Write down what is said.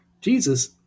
Jesus